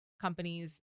companies